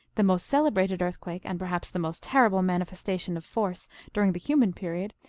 the most celebrated earthquake, and perhaps the most terrible manifestation of force during the human period,